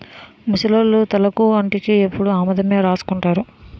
ముసలోళ్లు తలకు ఒంటికి ఎప్పుడు ఆముదమే రాసుకుంటారు